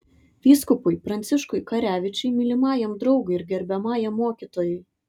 vyskupui pranciškui karevičiui mylimajam draugui ir gerbiamajam mokytojui